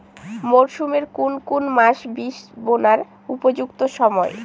মরসুমের কোন কোন মাস বীজ বোনার উপযুক্ত সময়?